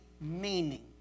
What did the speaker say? meaning